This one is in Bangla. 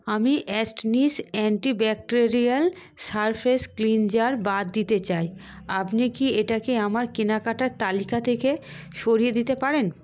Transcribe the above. আমি অ্যাস্টনিশ অ্যান্টিব্যাকটেরিয়াল সারফেস ক্লিনজার বাদ দিতে চাই আপনি কি এটাকে আমার কেনাকাটার তালিকা থেকে সরিয়ে দিতে পারেন